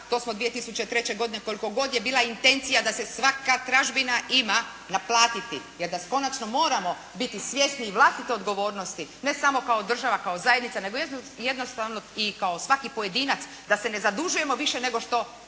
odnosno 2003. koliko god je bila intencija da se svaka tražbina ima naplatiti, jer da konačno moramo biti svjesni i vlastite odgovornosti ne samo kao država, kao zajednica nego jednostavno i kao svaki pojedinac da se ne zadužujemo više nego što